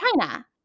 China